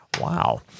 Wow